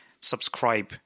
Subscribe